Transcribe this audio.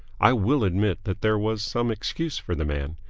i will admit that there was some excuse for the man.